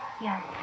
Yes